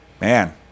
Man